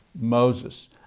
Moses